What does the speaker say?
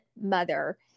mother